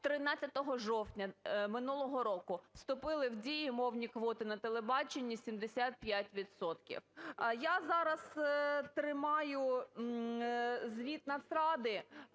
13 жовтня минулого року вступили в дію мовні квоти на телебаченні 75 відсотків. Я зараз тримаю звіт Нацради,